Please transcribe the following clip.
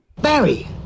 Barry